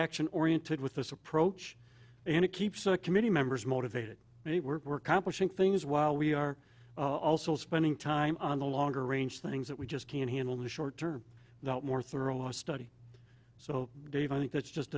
action oriented with this approach and it keeps a committee members motivated and we're complicating things while we are also spending time on the longer range things that we just can't handle the short term more thorough study so dave i think that's just